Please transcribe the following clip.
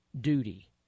duty